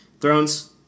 Thrones